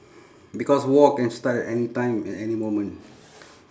because war can start at any time at any moment